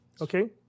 okay